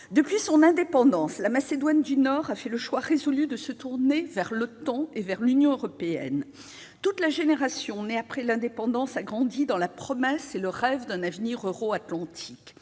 Depuis son indépendance, la Macédoine du Nord a fait le choix résolu de se tourner vers l'OTAN et vers l'Union européenne. Toute la génération née après l'indépendance a grandi dans la promesse et le rêve d'un avenir euro-atlantique.